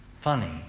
funny